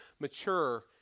mature